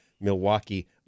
Milwaukee